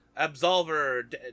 Absolver